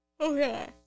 Okay